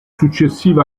successivo